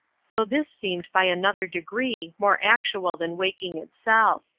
so this seemed by another degree more actual than waking itself.